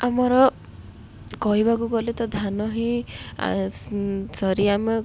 ଆମର କହିବାକୁ ଗଲେ ତ ଧାନ ହିଁ ସରି ଆମେ